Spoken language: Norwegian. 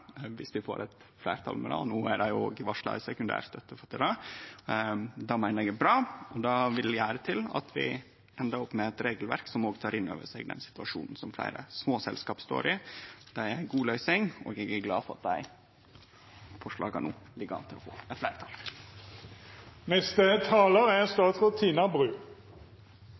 vi får fleirtal for det. No er det varsla sekundær støtte til det. Det meiner eg er bra, og det vil gjere at vi endar opp med eit regelverk som også tek inn over seg den situasjonen som fleire små selskap står i. Det er ei god løysing, og eg er glad for at dei forslaga no ligg an til å få fleirtal. Dette er